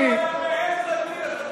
אני לא רוצה להוריד אותך.